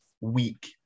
week